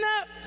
up